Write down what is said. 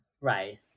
right